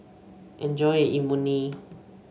enjoy your Imoni